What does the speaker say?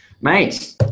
Mate